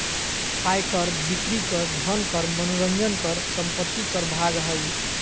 आय कर, बिक्री कर, धन कर, मनोरंजन कर, संपत्ति कर भाग हइ